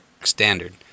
standard